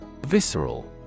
Visceral